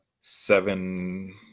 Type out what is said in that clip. seven